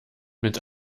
mit